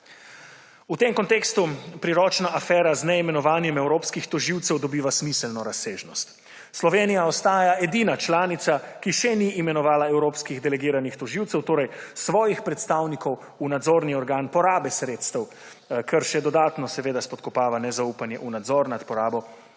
V tem kontekstu priročna afera z neimenovanjem evropskih tožilcev dobiva smiselno razsežnost. Slovenija ostaja edina članica, ki še ni imenovala evropskih delegiranih tožilcev, torej svojih predstavnikov v nadzorni organ porabe sredstev, kar še dodatno spodkopava nezaupanje v nadzor nad porabo evropskih